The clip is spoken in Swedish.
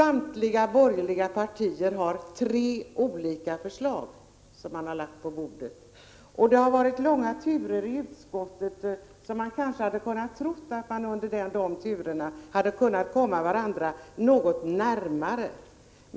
De borgerliga partierna har lagt tre olika förslag på bordet. Det har varit långa turer i utskottet, så man kanske hade kunnat tro att de borgerliga partierna under de turerna skulle komma varandra något närmare.